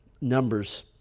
Numbers